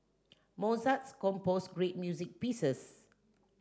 Mozart composed great music pieces